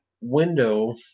window